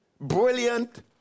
brilliant